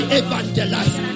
evangelize